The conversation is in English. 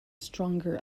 stronger